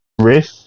Riff